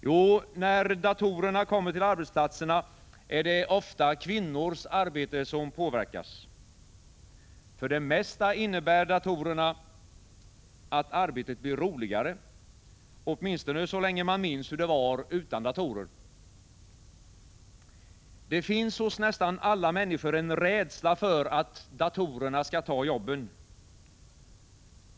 Jo, när datorerna kommer till arbetsplatserna, är det ofta kvinnors arbete som påverkas. För det mesta innebär datorerna att arbetet blir roligare — åtminstone så länge man minns hur det var utan datorer. Det finns hos nästan alla människor en rädsla för att datorerna skall ta jobben.